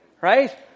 right